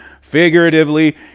figuratively